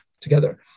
together